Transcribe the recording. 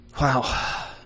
Wow